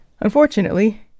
Unfortunately